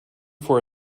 for